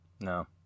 No